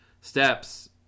steps